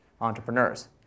entrepreneurs